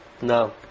No